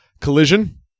Collision